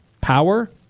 power